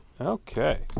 Okay